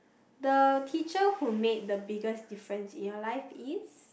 the teacher who made the biggest difference in your life is